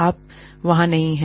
आप वहाँ नहीं हैं